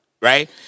Right